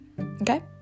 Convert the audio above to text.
Okay